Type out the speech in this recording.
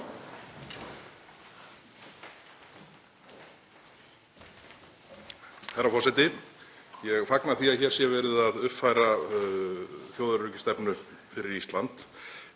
Herra forseti. Ég fagna því að hér sé verið að uppfæra þjóðaröryggisstefnu fyrir Ísland.